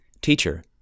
Teacher